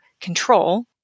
control